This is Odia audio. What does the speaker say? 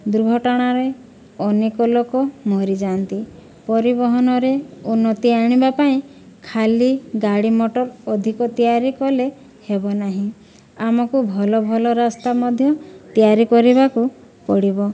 ଦୁର୍ଘଟଣାରେ ଅନେକ ଲୋକ ମରିଯାଆନ୍ତି ପରିବହନରେ ଉନ୍ନତି ଆଣିବା ପାଇଁ ଖାଲି ଗାଡ଼ି ମଟର ଅଧିକ ତିଆରି କଲେ ହେବ ନାହିଁ ଆମକୁ ଭଲ ଭଲ ରାସ୍ତା ମଧ୍ୟ ତିଆରି କରିବାକୁ ପଡ଼ିବ